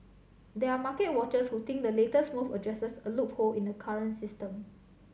there are market watchers who think the latest move addresses a loophole in the current system